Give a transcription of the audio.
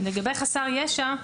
לגבי חסר ישע,